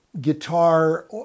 guitar